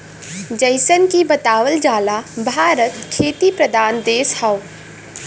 जइसन की बतावल जाला भारत खेती प्रधान देश हौ